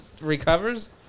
recovers